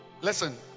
listen